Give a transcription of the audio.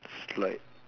slide